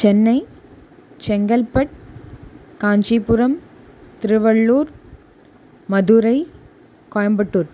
Chennai Chengalpattu Kanchipuram Tiruvallur Madurai Coimbatore